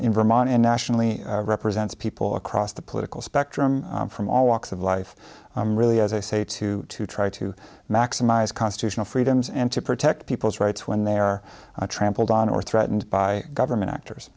in vermont and nationally represents people across the political spectrum from all walks of life really as i say to to try to maximize constitutional freedoms and to protect people's rights when they're trampled on or threatened by government actors